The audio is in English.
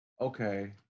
okay